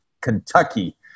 Kentucky